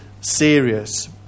serious